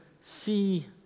see